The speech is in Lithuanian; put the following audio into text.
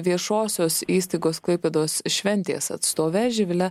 viešosios įstaigos klaipėdos šventės atstove živile